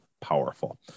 powerful